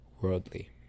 worldly